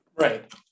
Right